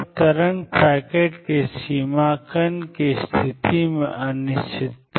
तब तरंग पैकेट की सीमा कण की स्थिति में अनिश्चितता है